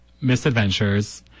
misadventures